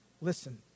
Listen